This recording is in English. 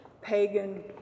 pagan